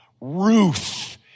Ruth